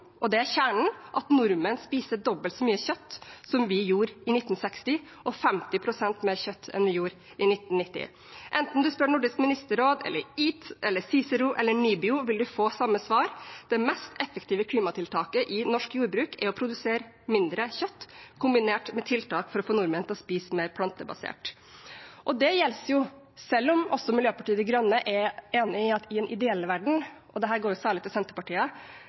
og det er kjernen – at nordmenn spiser dobbelt så mye kjøtt som vi gjorde i 1960, og 50 pst. mer kjøtt enn vi gjorde i 1990. Enten man spør Nordisk ministerråd, EAT, CICERO eller NIBIO, vil man få samme svar: Det mest effektive klimatiltaket i norsk jordbruk er å produsere mindre kjøtt, kombinert med tiltak for å få nordmenn til å spise mer plantebasert. Det gjelder, selv om Miljøpartiet De Grønne er enig i at i en ideell verden – og dette går særlig til Senterpartiet